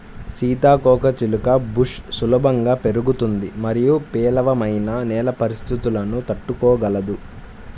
సీతాకోకచిలుక బుష్ సులభంగా పెరుగుతుంది మరియు పేలవమైన నేల పరిస్థితులను తట్టుకోగలదు